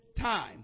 time